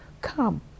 Come